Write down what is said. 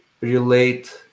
relate